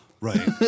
right